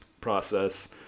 process